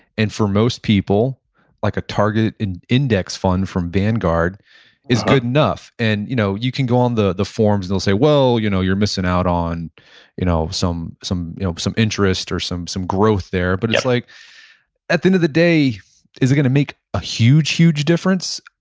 and for most people like a target and index fund from vanguard is good enough. and you know you can go on the the forms and they'll say, well, you know you're missing out on you know some some you know interest or some some growth there. but it's like at the end of the day is it going to make a huge, huge difference?